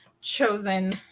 chosen